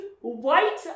white